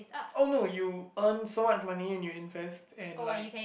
oh no you earn so much money and you invest and like